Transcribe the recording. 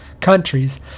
countries